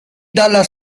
dalla